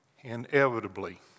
Inevitably